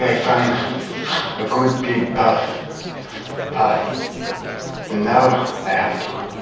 i found a good pig path path and now i have to